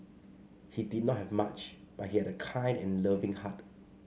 he did not have much but he had a kind and loving heart